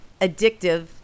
addictive